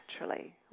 naturally